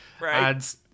Right